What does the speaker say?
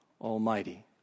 Almighty